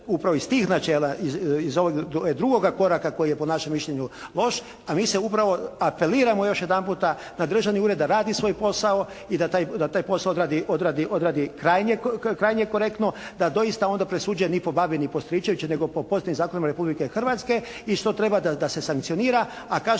upravo iz tih načela, iz ovoga drugoga koraka koji je po našem mišljenju loš a mi se upravo apeliramo još jedanputa na državni ured da radi svoj posao i da taj posao odradi krajnje korektno. Da doista onda presuđuje ni po babi ni po stričeviću nego po pozitivnim zakonima Republike Hrvatske i što treba da se sankcionira. A kažem